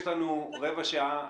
יש לנו רבע שעה.